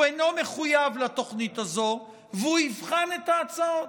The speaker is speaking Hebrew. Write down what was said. הוא אינו מחויב לתוכנית הזו והוא יבחן את ההצעות.